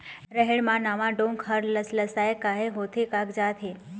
रहेड़ म नावा डोंक हर लसलसा काहे होथे कागजात हे?